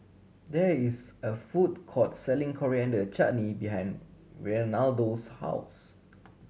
there is a food court selling Coriander Chutney behind Reinaldo's house